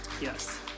Yes